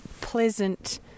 pleasant